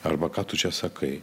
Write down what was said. arba ką tu čia sakai